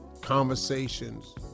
conversations